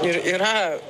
ir yra